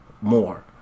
more